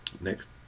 next